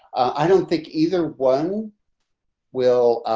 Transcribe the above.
i don't think either one will